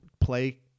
play